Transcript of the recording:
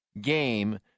game